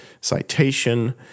citation